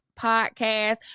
podcast